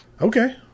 okay